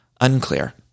Unclear